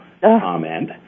comment